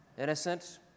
innocent